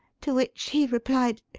to which he replied,